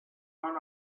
van